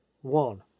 One